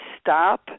stop